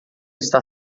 está